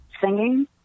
singing